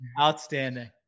outstanding